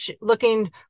looking